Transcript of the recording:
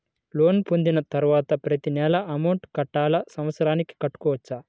Loan పొందిన తరువాత ప్రతి నెల అమౌంట్ కట్టాలా? సంవత్సరానికి కట్టుకోవచ్చా?